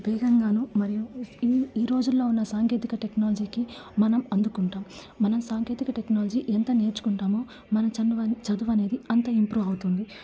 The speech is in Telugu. వేగంగాను మరియు ఈ రోజుల్లో ఉన్న సాంకేతిక టెక్నాలజీకి మనం అందుకుంటాం మన సాంకేతిక టెక్నాలజీ ఎంత నేర్చుకుంటామో మన చదువు చదువు అనేది అంతగా ఇంప్రూవ్ అవుతుంది